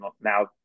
now